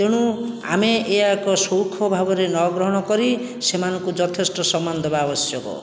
ତେଣୁ ଆମେ ଏହା ଏକ ଭାବରେ ନ ଗ୍ରହଣ କରି ସେମାନଙ୍କୁ ଯଥେଷ୍ଟ ସମ୍ମାନ ଦେବା ଆବଶ୍ୟକ